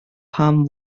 pam